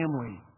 family